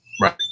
Right